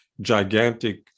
gigantic